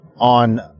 on